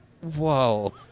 whoa